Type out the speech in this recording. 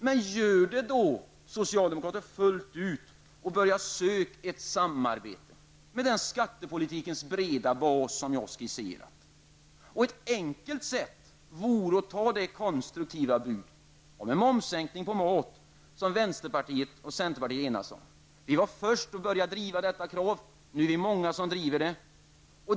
Men gör det då fullt ut och börja sök ett samarbete med den skattepolitikens breda bas som jag har skisserat. Ett enkelt sätt vore att ta det konstruktiva bud med momssänkning på mat som vänsterpartiet och centerpartiet har enats om. Vänsterpartiet var först med att börja driva detta krav. Nu är det många som driver det.